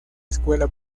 escuela